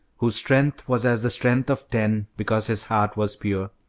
whose strength was as the strength of ten because his heart was pure.